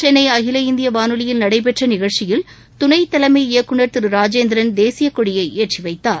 சென்னை அகில இந்திய வானொலியில் நடைபெற்ற நிகழ்ச்சியில் துணை தலைமை இயக்குனர் திரு ராஜேந்திரன் தேசியக்கொடியை ஏற்றிவைத்தார்